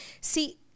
See